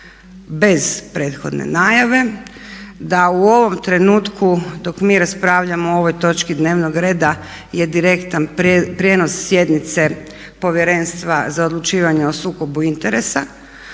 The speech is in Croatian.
bez prethodne najave, da u ovom trenutku dok mi raspravljamo o ovoj točki dnevnog reda je direktan prinos sjednice Povjerenstva za odlučivanje o sukobu interesa